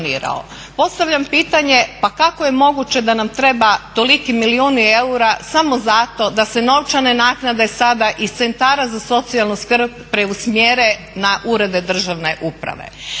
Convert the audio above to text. Postavljam pitanje pa kako je moguće da nam trebaju toliki milijuni eura samo zato da se novčane naknade iz Centara za socijalnu skrb preusmjere na Urede državne uprave?